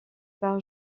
par